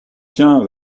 tiens